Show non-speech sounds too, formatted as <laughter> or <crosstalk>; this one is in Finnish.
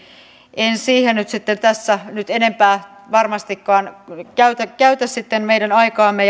en siihen nyt tässä enempää varmastikaan käytä käytä meidän aikaamme <unintelligible>